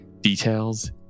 Details